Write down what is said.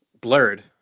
blurred